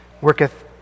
worketh